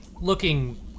looking